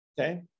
okay